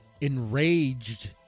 enraged